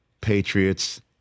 Patriots